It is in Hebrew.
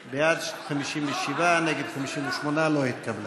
בעד, 57, נגד, 58. לא התקבלה.